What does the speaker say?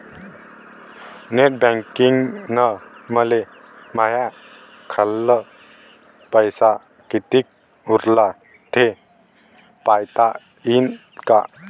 Net बँकिंगनं मले माह्या खाल्ल पैसा कितीक उरला थे पायता यीन काय?